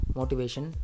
motivation